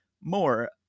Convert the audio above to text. more